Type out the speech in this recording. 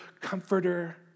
comforter